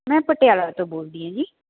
ਮੈਂ ਪਟਿਆਲਾ ਤੋਂ ਬੋਲਦੀ ਹਾਂ ਜੀ